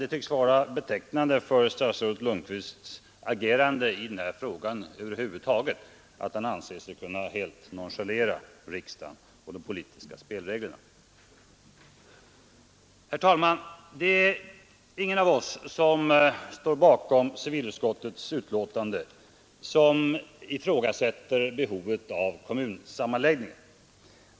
Det tycks emellertid vara betecknande för statsrådet Lundkvists agerande över huvud taget i denna fråga att han anser sig kunna helt nonchalera riksdagen och de politiska spelreglerna. Herr talman! Ingen av oss som står bakom civilutskottets betänkande ifrågasätter behovet av kommunsam manläggningar.